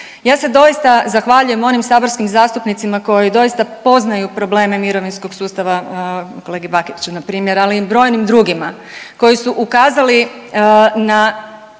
Ja se doista zahvaljujem onim saborskim zastupnicima koji doista poznaju probleme mirovinskog sustava kolegi Bakiću na primjer, ali i brojnim drugima koji su ukazali na